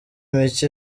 mike